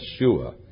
Yeshua